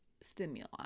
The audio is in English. Stimuli